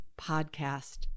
podcast